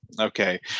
Okay